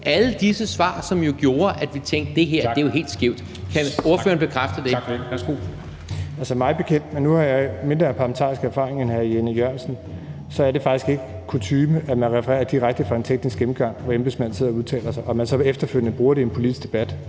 på disse spørgsmål gjorde, at vi tænkte, at det her jo er helt skævt. Kan ordføreren bekræfte det? Kl. 10:54 Formanden (Henrik Dam Kristensen): Tak for det. Værsgo. Kl. 10:54 Jeppe Bruus (S): Mig bekendt, og nu har jeg mindre parlamentarisk erfaring end hr. Jan E. Jørgensen, er det faktisk ikke kutyme, at man refererer direkte fra en teknisk gennemgang, hvor embedsmænd sidder og udtaler sig, og så efterfølgende bruger det i en politisk debat.